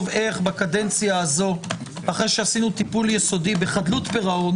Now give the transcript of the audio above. איך בקדנציה הזו אחרי שעשינו טיפול יסודי בחדלות פירעון